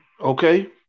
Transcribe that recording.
okay